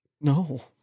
No